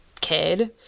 kid